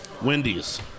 Wendy's